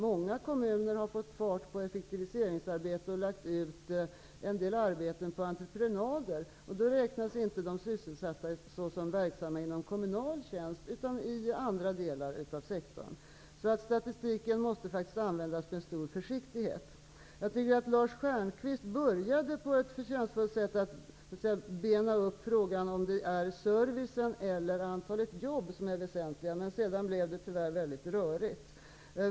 Många kommuner har fått fart på effektiviseringsarbetet och lagt ut en del arbete på entreprenad. Då räknas inte de sysselsatta såsom verksamma i kommunal tjänst utan i andra delar av sektorn. Statistiken måste användas med stor försiktighet. Jag tycker att Lars Stjernkvist började på ett förtjänstfullt sätt att bena upp frågan om det är servicen eller antalet jobb som är väsentligt. Men sedan blev det tyvärr rörigt.